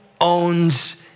owns